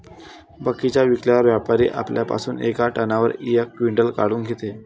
बगीचा विकल्यावर व्यापारी आपल्या पासुन येका टनावर यक क्विंटल काट काऊन घेते?